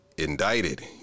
indicted